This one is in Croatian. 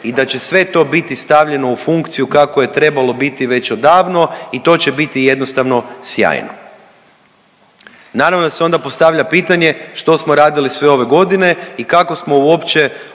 i da će sve to biti stavljeno u funkciju kako je trebalo biti već odavno i to će biti jednostavno sjajno. Naravno da se onda postavlja pitanje što smo radili sve ove godine i kako smo uopće